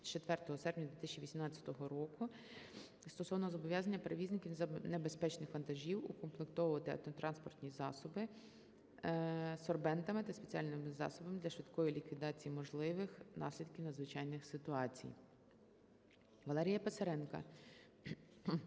4 серпня 2018 року стосовно зобов'язання перевізників небезпечних вантажів укомплектовувати автотранспортні засоби сорбентами та спеціальними засобами для швидкої ліквідації можливих наслідків надзвичайних ситуацій. Валерія Писаренка